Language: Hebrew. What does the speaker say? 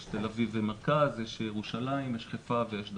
יש תל אביב ומרכז, יש ירושלים, יש חיפה ויש דרום.